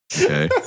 okay